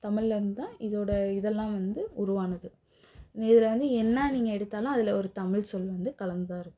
தமிழ்லருந்து தான் இதோடய இதெல்லாம் வந்து உருவானது இதில் வந்து என்ன நீங்கள் எடுத்தாலும் அதில் ஒரு தமிழ் சொல் வந்து கலந்துதான் இருக்கும்